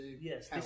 Yes